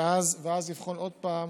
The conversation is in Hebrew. ואז לבחון עוד פעם